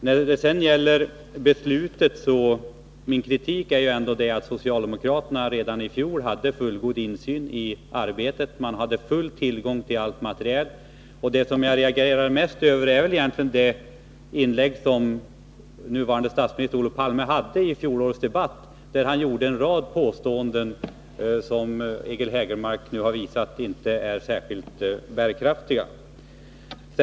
Min kritik när det gäller beslutet är att socialdemokraterna redan i fjol hade fullgod insyn i arbetet. De hade full tillgång till allt material. Det jag reagerar mest över är det inlägg som nuvarande statsminister Palme hade i fjolårets debatt, där han gjorde en rad påståenden, som Eric Hägelmark nu har visat inte är särskilt bärkraftiga.